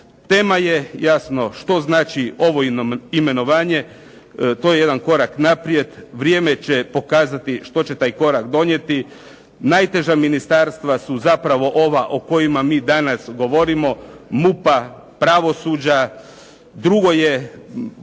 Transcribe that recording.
Tema je jasno što znači ovo imenovanje, to je jedan korak naprijed. Vrijeme će pokazati što će taj korak donijeti. Najteža ministarstva su zapravo ova o kojima mi danas govorimo, MUP-a, pravosuđa, drugo je